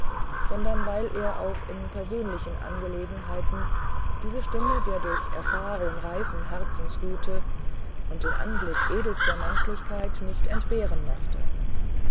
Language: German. sondern weil er auch in persönlichen angelegenheiten diese stimme der durch erfahrung reifen herzensgüte und den anblick edelster menschlichkeit nicht entbehren mochte